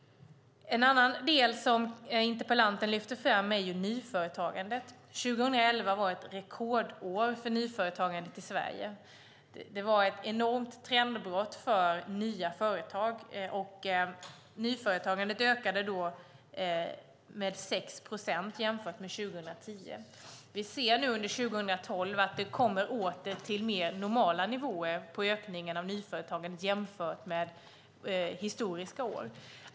En annan del som interpellanten lyfter fram är nyföretagandet. År 2011 var ett rekordår för nyföretagandet i Sverige. Det var ett enormt trendbrott för nya företag. Nyföretagandet ökade då med 6 procent jämfört med 2010. Vi ser nu under 2012 att det kommer åter till mer normala nivåer på ökningen av nyföretagandet jämfört med historiska år.